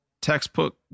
textbook